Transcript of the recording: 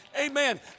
Amen